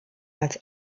als